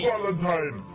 Valentine